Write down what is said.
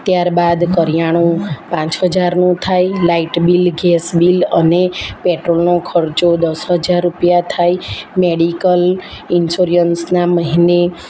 ત્યારબાદ કરિયાણું પાંચ હજારનું થાય લાઇટ બિલ ગેસ બિલ અને પેટ્રોલનો ખર્ચો દસ હજાર રૂપિયા થાય મેડિકલ ઇન્સ્યોરન્સના મહિને